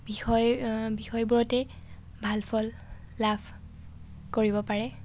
বিষয় বিষয়বোৰতেই ভাল ফল লাভ কৰিব পাৰে